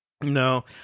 No